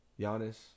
Giannis